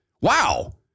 Wow